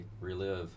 relive